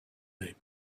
name